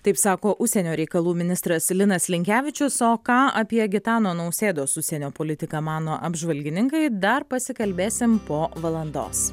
taip sako užsienio reikalų ministras linas linkevičius o ką apie gitano nausėdos užsienio politiką mano apžvalgininkai dar pasikalbėsim po valandos